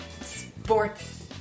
sports